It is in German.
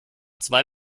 zwei